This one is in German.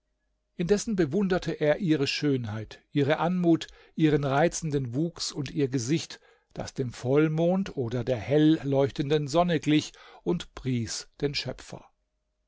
indessen bewunderte er ihre schönheit ihre anmut ihren reizenden wuchs und ihr gesicht das dem vollmond oder der hell leuchtenden sonne glich und pries den schöpfer